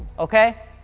okay?